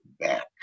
back